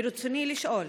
ברצוני לשאול: